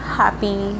happy